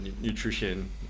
nutrition